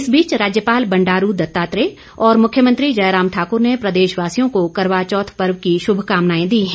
इस बीच राज्यपाल बंडारू दत्तात्रेय और मुख्यमंत्री जयराम ठाकुर ने प्रदेशवासियों को करवाचौथ पर्व की शुभकामनाएं दी है